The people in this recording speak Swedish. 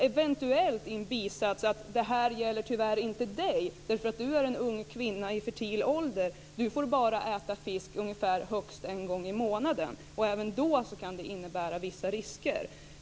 Eventuellt säger de i en bisats: Det här gäller tyvärr inte dig, därför att du är en ung kvinna i fertil ålder. Du får äta fisk högst en gång i månaden, och även då kan det innebära vissa risker.